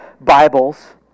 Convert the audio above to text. Bibles